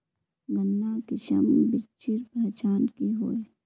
गन्नात किसम बिच्चिर पहचान की होय?